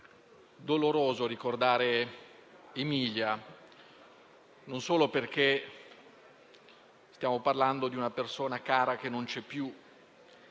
doloroso ricordare Emilia, non solo perché stiamo parlando di una persona cara che non c'è più,